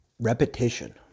Repetition